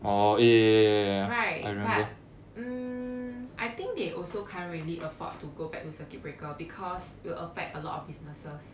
right but mm I think they also can't really afford to go back to circuit breaker because will affect a lot of businesses